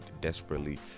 desperately